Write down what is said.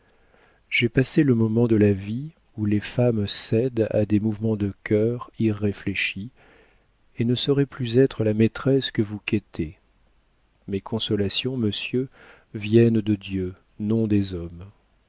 j'ai passé le moment de la vie où les femmes cèdent à des mouvements de cœur irréfléchis et ne saurais plus être la maîtresse que vous quêtez mes consolations monsieur viennent de dieu non des hommes